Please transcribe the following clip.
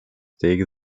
take